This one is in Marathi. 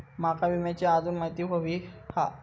माका विम्याची आजून माहिती व्हयी हा?